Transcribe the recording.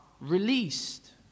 released